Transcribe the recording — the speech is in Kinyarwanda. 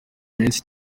menshi